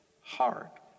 heart